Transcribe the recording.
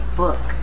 book